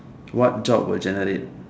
what job will generate